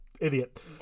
idiot